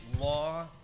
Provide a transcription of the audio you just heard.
law